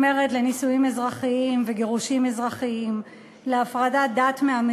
לגיטימי, לבני-זוג מאותו